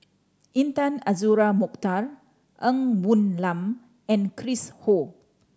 Intan Azura Mokhtar Ng Woon Lam and Chris Ho